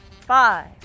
Five